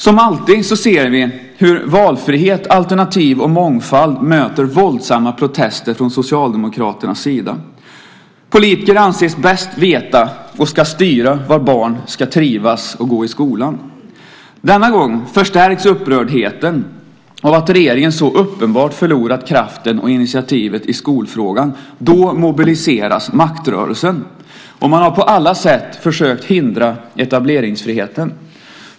Som alltid ser vi hur valfrihet, alternativ och mångfald möter våldsamma protester från Socialdemokraternas sida. Politiker anses bäst veta och ska styra var barn ska trivas och gå i skolan. Denna gång förstärks upprördheten av att regeringen så uppenbart förlorat kraften och initiativet i skolfrågan. Då mobiliseras maktrörelsen. Man har på alla sätt försökt att hindra etableringsfriheten.